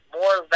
more